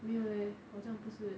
没有 leh 好像不是 leh